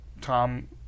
Tom